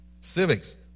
Civics